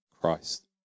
Christ